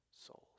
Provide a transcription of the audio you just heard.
souls